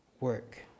work